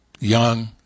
Young